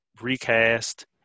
recast